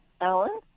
Alan